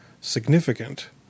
significant